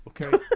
Okay